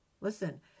Listen